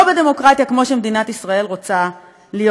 לא בדמוקרטיה כמו שמדינת ישראל רוצה להיות.